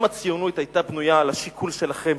אם הציונות היתה בנויה על השיקול שלכם,